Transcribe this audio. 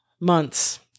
months